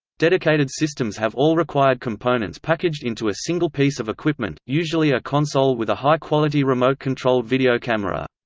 dedicated systems have all required components packaged into a single piece of equipment, usually a console with a high quality remote controlled video camera.